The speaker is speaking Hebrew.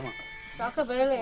בוקר טוב לכולם.